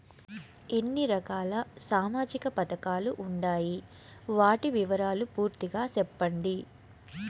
ఎన్ని రకాల సామాజిక పథకాలు ఉండాయి? వాటి వివరాలు పూర్తిగా సెప్పండి?